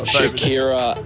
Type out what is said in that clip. Shakira